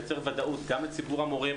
צריך ודאות גם לציבור ההורים,